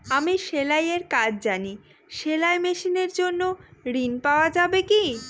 আমি সেলাই এর কাজ জানি সেলাই মেশিনের জন্য ঋণ পাওয়া যাবে কি?